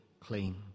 clean